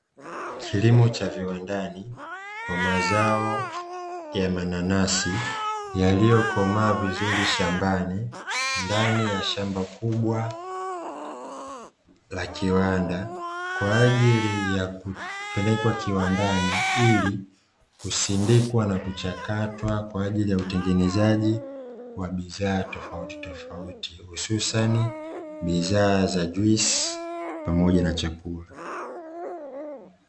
Kilimo cha viwandani kwa mazao ya mananasi yaliyokomaa vizuri shambani ndani ya shamba kubwa la kiwanda, kwa ajili ya kupelekwa kiwandani ili kusindikwa na kuchakatwa kwa ajili ya utengenezaji wa bidhaa tofauti tofauti hususa ni bidhaa za juisi pamoja na chakula.